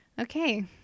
okay